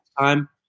time